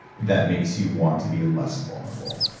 that makes you want to be less vulnerable